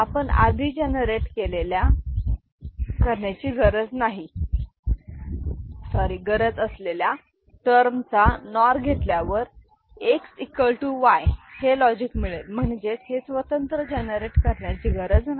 आपण आधी जनरेट केलेल्या करण्याची गरज असलेल्या टर्म चां नॉर घेतल्यावर X Y हे लॉजिक मिळेल म्हणजेच हे स्वतंत्र जनरेट करण्याची गरज नाही